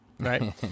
Right